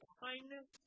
kindness